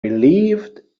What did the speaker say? relieved